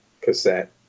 cassette